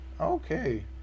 okay